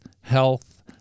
health